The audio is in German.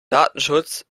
datenschutz